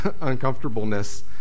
uncomfortableness